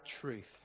truth